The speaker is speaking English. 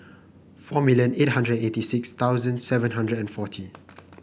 four million eight hundred eighty six thousand seven hundred and forty